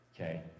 okay